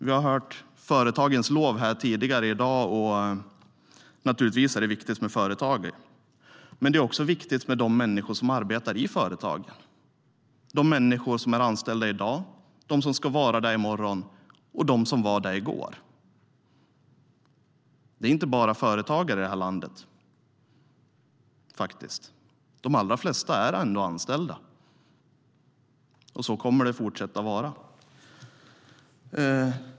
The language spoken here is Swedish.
Det har sjungits företagens lov här i dag, och givetvis är företagen viktiga. Men människorna som arbetar i företagen är också viktiga - de som är där i dag, de som är där i morgon och de som var där i går. Det finns inte bara företagare i landet. De allra flesta är anställda, och så kommer det att fortsätta att vara.